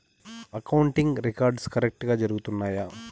accounting records కరెక్టుగా జరుగుతున్నాయా